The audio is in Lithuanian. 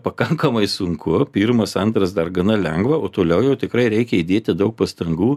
pakankamai sunku pirmas antras dar gana lengva o toliau jau tikrai reikia įdėti daug pastangų